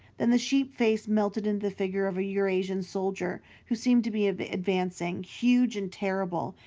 then the sheep-face melted into the figure of a eurasian soldier who seemed to be be advancing, huge and terrible,